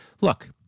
Look